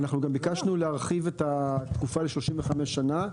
אנחנו גם ביקשנו להרחיב את התקופה ל-35 שנה.